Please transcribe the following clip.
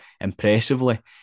impressively